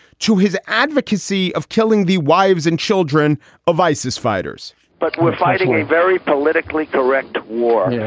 to his advocacy of killing the wives and children of isis fighters but we're fighting a very politically correct war yeah